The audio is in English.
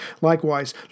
Likewise